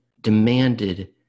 demanded